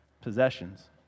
possessions